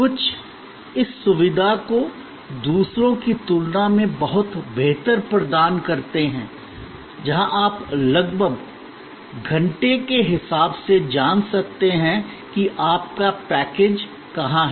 कुछ इस सुविधा को दूसरों की तुलना में बहुत बेहतर प्रदान करते हैं जहां आप लगभग घंटे के हिसाब से जान सकते हैं कि आपका पैकेज कहाँ है